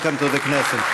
Welcome to the Knesset.